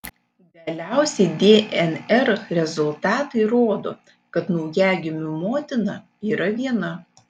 galiausiai dnr rezultatai rodo kad naujagimių motina yra viena